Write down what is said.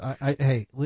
hey